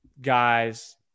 guys